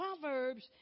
Proverbs